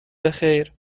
بخیر